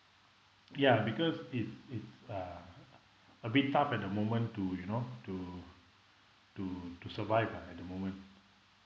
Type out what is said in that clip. ya because it's it's uh a bit tough at the moment to you know to to to survive ah at the moment